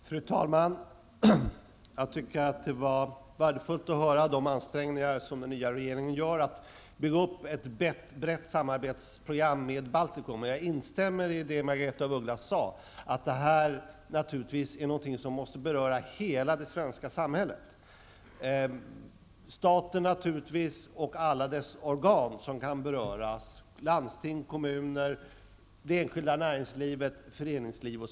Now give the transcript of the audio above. Fru talman! Jag tycker att det var värdefullt att höra vilka ansträngningar den nya regeringen gör att bygga upp ett brett samarbetsprogram med Baltikum. Jag instämmer i det Margaretha af Ugglas sade, nämligen att det här naturligtvis är någonting som måste beröra hela det svenska samhället: staten och alla dess organ som kan beröras, landsting, kommuner, det enskilda näringslivet, föreningslivet.